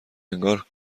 انگار